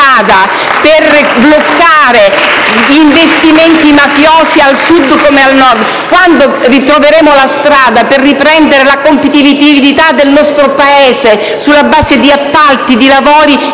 Quando voi troveremo la strada per bloccare investimenti mafiosi, al Sud come al Nord? Quando ritroveremo la strada per riprendere la competitività del nostro Paese sulla base di appalti, di lavori